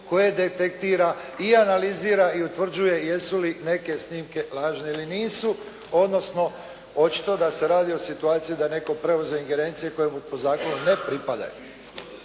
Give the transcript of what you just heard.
koje detektira i analizira i utvrđuje jesi li neke snimke lažne ili nisu, odnosno očito da se radi o situaciji da je netko preuzeo ingerencije koje mu po zakonu ne pripadaju.